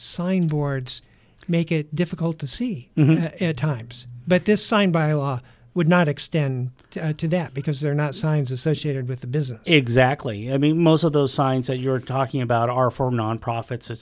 sign boards make it difficult to see the times but this sign by law would not extend to that because there are not signs associated with the business exactly i mean most of those signs that you're talking about are for non profits a